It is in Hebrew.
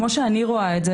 כמו שאני רואה את זה,